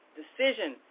decision